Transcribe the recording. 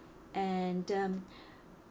and um